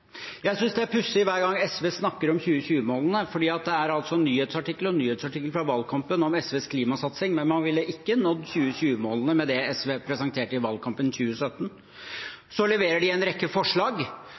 Jeg synes det er pussig hver gang SV snakker om 2020-målene, for det er nyhetsartikkel på nyhetsartikkel fra valgkampen om SVs klimasatsing, men man ville ikke nådd 2020-målene med det SV presenterte i valgkampen i 2017.